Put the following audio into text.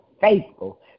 faithful